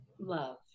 Love